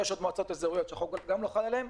ויש עוד מועצות אזוריות שהחוק לא חל גם עליהן.